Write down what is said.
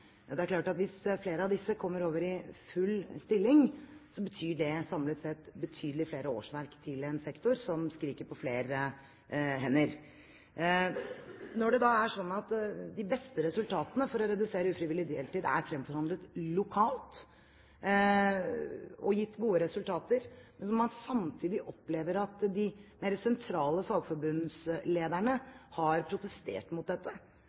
Det er klart at hvis flere av disse kommer over i full stilling, betyr det samlet sett betydelig flere årsverk til en sektor som skriker etter flere hender. Når de beste resultatene for å redusere ufrivillig deltid er fremforhandlet lokalt, når det altså har gitt gode resultater, og man samtidig opplever at de mer sentrale fagforbundslederne har protestert mot dette,